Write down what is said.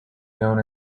known